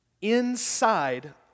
inside